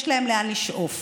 יש להן לאן לשאוף.